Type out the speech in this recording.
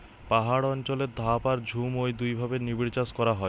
পাহাড় অঞ্চলে ধাপ আর ঝুম ঔ দুইভাবে নিবিড়চাষ করা হয়